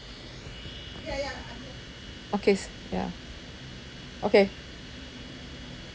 okays ya okay